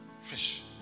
Fish